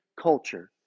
culture